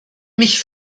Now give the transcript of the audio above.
mich